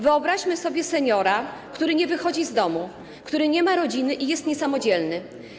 Wyobraźmy sobie seniora, który nie wychodzi z domu, który nie ma rodziny i jest niesamodzielny.